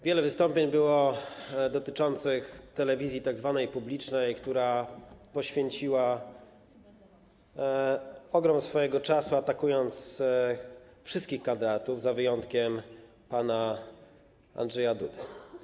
Wiele było wystąpień dotyczących telewizji tzw. publicznej, która poświęciła ogrom swojego czasu, atakując wszystkich kandydatów, z wyjątkiem pana Andrzeja Dudy.